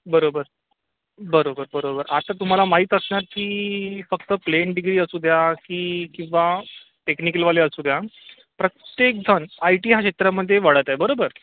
बरोबर बरोबर बरोबर आता तुम्हाला माहीत असणार की फक्त प्लेन डिग्री असू द्या की किंवा टेक्निकलवाले असू द्या प्रत्येकजण आय टी ह्या क्षेत्रामध्ये वाढत आहे बरोबर